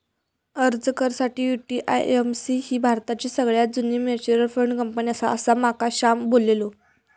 अर्ज कर साठी, यु.टी.आय.ए.एम.सी ही भारताची सगळ्यात जुनी मच्युअल फंड कंपनी आसा, असा माका श्याम बोललो